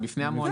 בפני המועצה.